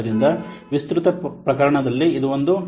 ಆದ್ದರಿಂದ ವಿಸ್ತೃತ ಪ್ರಕರಣದಲ್ಲಿ ಇದು ಒಂದು